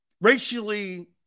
racially